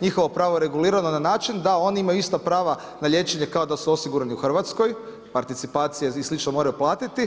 njihovo pravo je regulirano na način da oni imaju ista prava na liječenje kao da su osigurani u Hrvatskoj, participacije i slično moraju platiti.